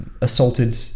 assaulted